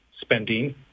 spending